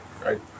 right